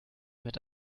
mit